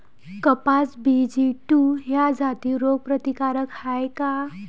कपास BG two ह्या जाती रोग प्रतिकारक हाये का?